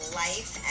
life